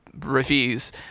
reviews